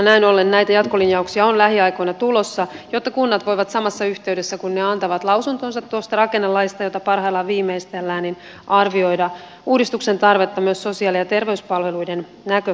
näin ollen näitä jatkolinjauksia on lähiaikoina tulossa jotta kunnat voivat samassa yhteydessä kun ne antavat lausuntonsa tuosta rakennelaista jota parhaillaan viimeistellään arvioida uudistuksen tarvetta myös sosiaali ja terveyspalveluiden näkökulmasta